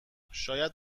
شاید